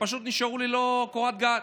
שפשוט נשארו ללא קורת גג.